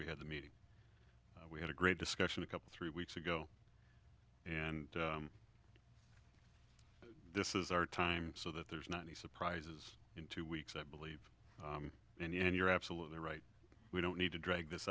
we have the meeting we had a great discussion a couple three weeks ago and this is our time so that there's not any surprises in two weeks i believe in the end you're absolutely right we don't need to drag this